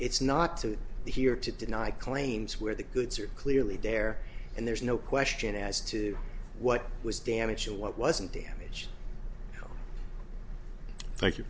it's not to be here to deny claims where the goods are clearly there and there's no question as to what was damaged or what wasn't damage